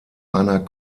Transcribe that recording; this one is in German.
einer